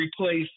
replace